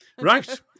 right